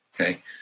okay